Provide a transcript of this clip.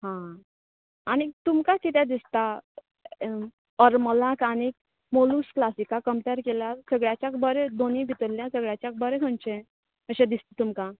आं आनी तुमका कितें दिसता हरमलाक आनीक मोलूज क्लासिकाक कंम्पेर केल्यार सगल्यांच्याक बरें दोनूय भितरलें सगळ्याच्याक बरें खंयचें अशें दिसत तुमका